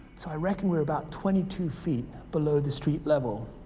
so i reckon we're about twenty two feet below the street level.